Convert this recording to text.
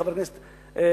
חבר הכנסת מיכאלי,